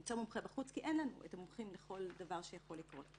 למצוא מומחה בחוץ כי אין לנו המומחים לכל דבר שיכול לקרות.